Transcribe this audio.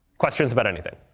questions about anything?